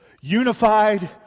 unified